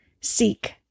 seek